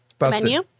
Menu